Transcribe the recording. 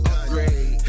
Upgrade